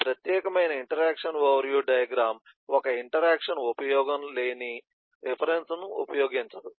ఈ ప్రత్యేకమైన interaction overview diagram ఒక ఇంటరాక్షన్ ఉపయోగం లేని రిఫరెన్స్ను ఉపయోగించదు